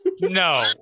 No